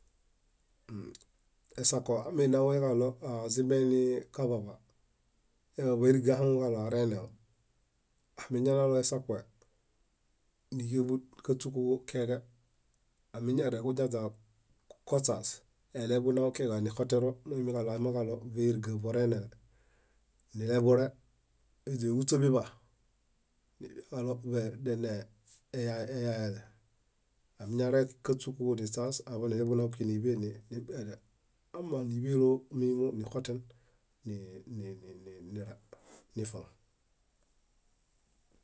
. Esako aminaweġaɭo azimẽe niikaḃaba, eḃaba ériga ahaŋuġaɭo areneo, amiñanalo esakue níġabu káśokuġo kiaġe, amiñareġuñaźa kośaas, aileḃunaw kiġa nileḃumbenixotero moimiġaɭo aimãġaɭo vériga vorenele, nileḃure éźaehuśa biḃa, nimuikaɭo denee eya- eyaele. Amiñare káśokuġo niśaas aḃanileḃunaw kíġiniḃe nimbere, amaŋ níḃelomimo nixoten ni- ni- nire, nifaŋ.